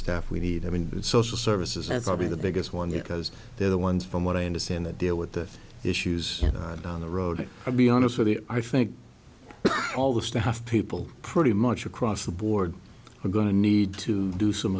staff we need i mean it's social services as i'll be the biggest one yet because they're the ones from what i understand the deal with the issues down the road i'll be honest with you i think all the staff people pretty much across the board are going to need to do some